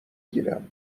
گیرم